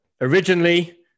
Originally